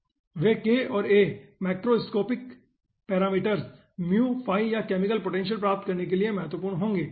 वे k और a macroscopic parameters या chemical potential प्राप्त करने के लिए महत्वपूर्ण होंगे